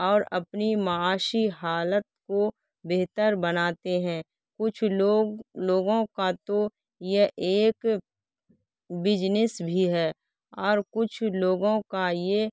اور اپنی معاشی حالت کو بہتر بناتے ہیں کچھ لوگ لوگوں کا تو یہ ایک بجنس بھی ہے اور کچھ لوگوں کا یہ